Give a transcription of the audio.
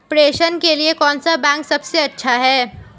प्रेषण के लिए कौन सा बैंक सबसे अच्छा है?